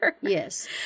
Yes